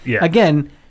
again